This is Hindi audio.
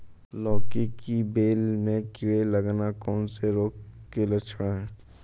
लौकी की बेल में कीड़े लगना कौन से रोग के लक्षण हैं?